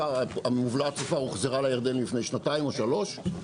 המובלעת צופר הוחזרה לירדנים לפני שנתיים או שלוש,